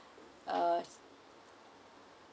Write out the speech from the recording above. uh